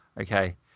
Okay